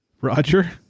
Roger